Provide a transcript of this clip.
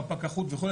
חפ"ק אחוד וכולי,